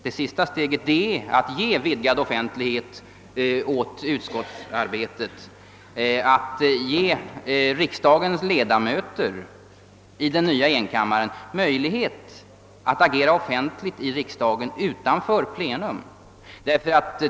Det sista steget är i den här frågan att ge vidgad offentlighet åt utskottsarbetet, att ge riksdagens ledamöter i den nya enkammaren möjlighet att agera offentligt i riksdagen utanför plenum.